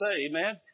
Amen